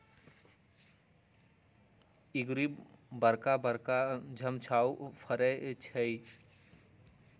इंगूर बरका बरका घउछामें फ़रै छइ